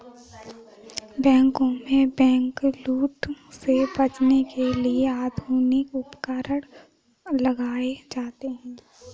बैंकों में बैंकलूट से बचने के लिए आधुनिक उपकरण लगाए जाते हैं